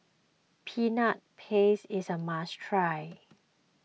Peanut Paste is a must try